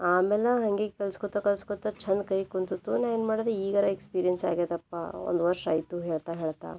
ಆಮೇಲೆ ನಾನು ಹಾಗೆ ಕಲ್ಸ್ಕೊತ ಕಲ್ಸ್ಕೊತ ಚಂದ ಕೈ ಕುಂತಿತ್ತು ನಾನು ಏನು ಮಾಡಿದೆ ಈಗಾರ ಎಕ್ಸ್ಪೀರಿಯನ್ಸ್ ಆಗ್ಯಾದಪ್ಪ ಒಂದ್ವರ್ಷ ಆಯಿತು ಹೇಳ್ತಾ ಹೇಳ್ತಾ